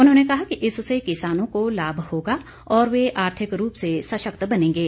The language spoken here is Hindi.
उन्होंने कहा कि इससे किसानों को लाभ होगा और वे आर्थिक रूप से सशक्त बनेगें